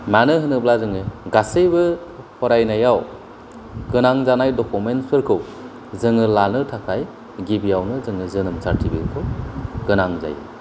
मानो होनोब्ला जोङो गासैबो फरायनायाव गोनां जानाय डकुमेन्स फोरखौ जोङो लानो थाखाय गिबियावनो जोङो जोनोम सार्टिफिकेट खौ गोनां जायो